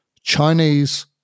Chinese